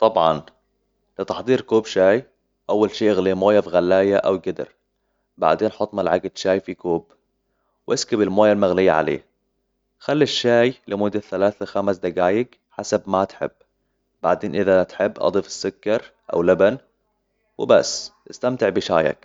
طبعاً، لتحضير كوب شاي، أول شيء إغلي موية في غلاية أو قدر، بعدين حط ملعقة شاي في كوب، وإسكب الموية المغلية عليه. خلي الشاي لمدة ثلاث لخمس دقائق حسب ما تحب، بعدين إذا تحب أضف السكر أو لبن، وبس، استمتع بشايك